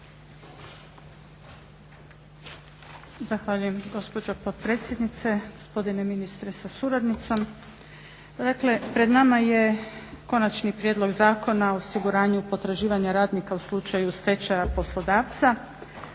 Zahvaljujem gospođo potpredsjednice. Gospodine ministre sa suradnicom. Dakle pred nama je Konačni prijedlog zakona o osiguravanju potraživanja radnika u slučaju stečaja poslodavca,